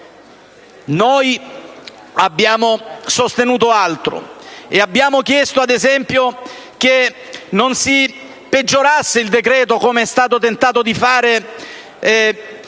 Noi abbiamo sostenuto altro e abbiamo chiesto, ad esempio, che non si peggiorasse il decreto come si è tentato di fare e